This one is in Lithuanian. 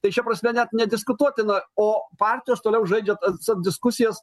tai šia prasme net nediskutuotina o partijos toliau žaidžia tas diskusijos